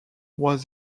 was